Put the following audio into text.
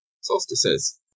solstices